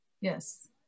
Yes